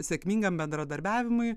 sėkmingam bendradarbiavimui